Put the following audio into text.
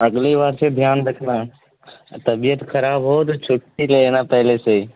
اگلی بار سے دھیان رکھنا طبیعت کھراب ہو تو چھٹی لے لینا پہلے سے ہی